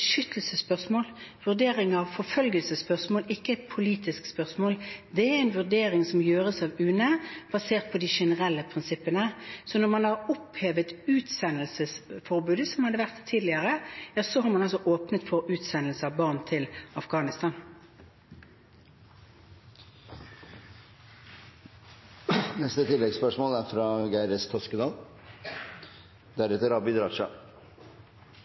er en vurdering som gjøres av UNE basert på de generelle prinsippene. Når man har opphevet utsendelsesforbudet fra tidligere, har man åpnet for utsendelse av barn til Afghanistan. Geir S. Toskedal – til oppfølgingsspørsmål. Dette er